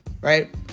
right